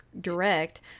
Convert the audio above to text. direct